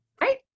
right